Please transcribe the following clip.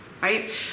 right